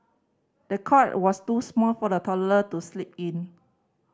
the cot was too small for the toddler to sleep in